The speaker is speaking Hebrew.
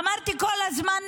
אמרתי כל הזמן,